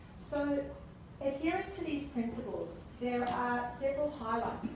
so adhering to these principles, there are several highlights